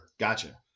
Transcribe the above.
Gotcha